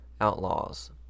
outlaws